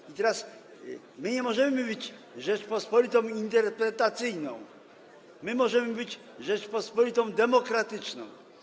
I teraz my nie możemy być Rzecząpospolitą interpretacyjną, my możemy być Rzecząpospolitą demokratyczną.